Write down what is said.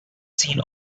seen